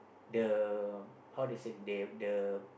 the how they say they've the